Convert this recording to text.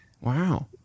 Wow